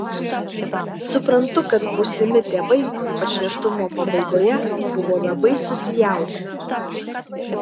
suprantu kad būsimi tėvai ypač nėštumo pabaigoje buvo labai susijaudinę